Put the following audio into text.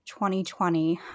2020